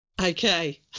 Okay